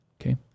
Okay